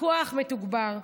ככוח מתגבר.